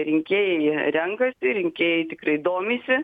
rinkėjai renkasi rinkėjai tikrai domisi